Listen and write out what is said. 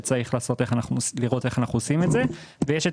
וצריך לראות איך אנחנו עושים את זה; ויש את